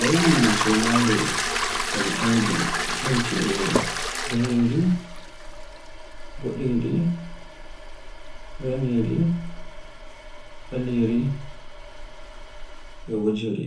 Launi sumaare ko mi anndita hawti e daneere, bodeere, raneere, baleere, e wojeere.